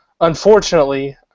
Unfortunately